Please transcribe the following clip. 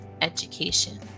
education